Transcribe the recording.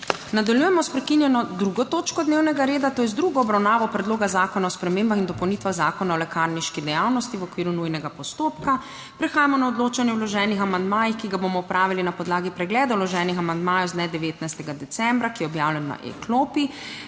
Nadaljujemo s prekinjeno 2. točko dnevnega reda, to je z drugo obravnavo Predloga zakona o spremembah in dopolnitvah Zakona o lekarniški dejavnosti v okviru nujnega postopka. Prehajamo na odločanje o vloženih amandmajih, ki ga bomo opravili na podlagi pregleda vloženih amandmajev z dne 19. decembra, ki je objavljen na e-klopi.